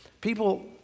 people